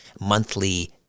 monthly